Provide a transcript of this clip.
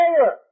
error